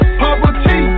poverty